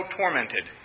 tormented